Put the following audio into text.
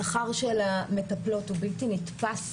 השכר של המטפלות הוא בלתי נתפס.